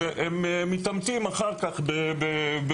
הם מתעמתים אחר כך גופנית.